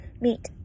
Meet